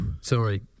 Sorry